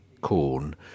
corn